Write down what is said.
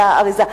לאריזה.